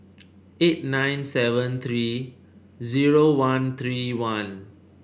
eight nine seven three zero one three one